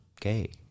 gay